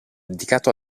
dedicato